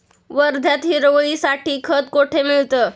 वर्ध्यात हिरवळीसाठी खत कोठे मिळतं?